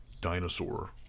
dinosaur